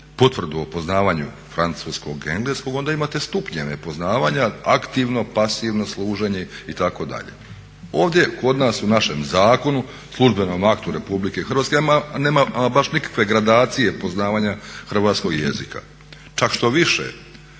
potvrdu o poznavanju francuskog-engleskog onda imate stupnjeve poznavanja, aktivno, pasivno služenje itd. Ovdje kod nas u našem zakonu službenom aktu RH nema ama baš nikakve gradacije poznavanja hrvatskog jezika. Čak štoviše